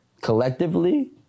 collectively